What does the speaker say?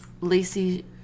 Lacey